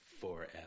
forever